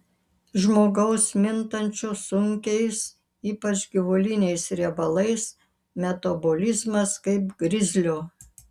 žmogaus mintančio sunkiais ypač gyvuliniais riebalais metabolizmas kaip grizlio